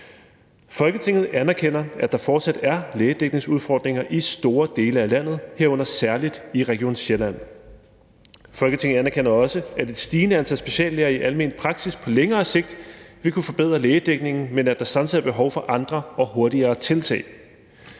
»Folketinget anerkender, at der fortsat er lægedækningsudfordringer i store dele af landet, herunder særligt i Region Sjælland. Folketinget anerkender også, at et stigende antal speciallæger i almen praksis på længere sigt vil kunne forbedre lægedækningen, men at der samtidig er behov for andre og hurtigere tiltag.